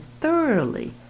thoroughly